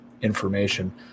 information